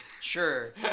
Sure